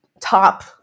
top